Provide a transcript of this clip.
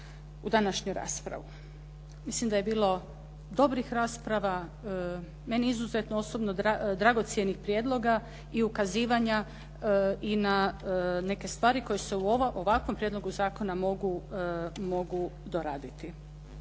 u današnju raspravu. Mislim da je bilo dobrih rasprava, meni izuzetno osobno dragocjenih prijedloga i ukazivanja i na neke stvari koje se u ovakvom prijedlogu zakona mogu doraditi,